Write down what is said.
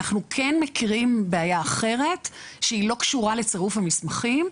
אנחנו כן מכירים בעיה אחרת שהיא לא קשורה לצירוף המסמכים,